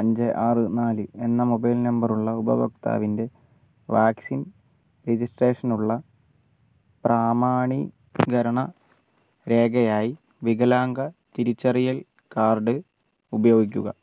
അഞ്ച് ആറ് നാല് എന്ന മൊബൈൽ നമ്പറുള്ള ഉപഭോക്താവിൻ്റെ വാക്സിൻ രജിസ്ട്രേഷനുള്ള പ്രാമാണീകരണ രേഖയായി വികലാംഗ തിരിച്ചറിയൽ കാർഡ് ഉപയോഗിക്കുക